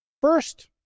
First